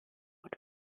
wird